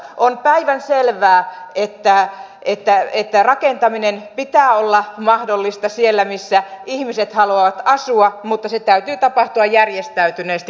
on päivänselvää että rakentamisen pitää olla mahdollista siellä missä ihmiset haluavat asua mutta sen täytyy tapahtua järjestäytyneesti kaavoituksen kautta